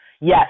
Yes